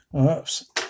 Oops